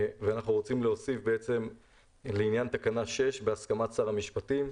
אנחנו רוצים להוסיף: לעניין תקנה 6 בהסכמת שר המשפטים,